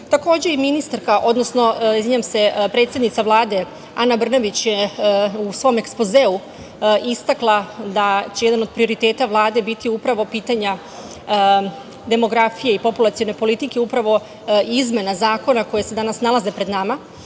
Takođe, i ministarka, odnosno predsednica Vlade Ana Brnabić je u svom ekspozeu istakla da će jedan od prioriteta Vlade biti upravo pitanja demografije i populacione politike, upravo i izmene zakona koje se danas nalaze pred nama.